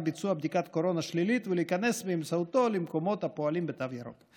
ביצוע בדיקת קורונה שלילית ולהיכנס באמצעותו למקומות הפועלים בתו ירוק.